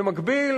במקביל,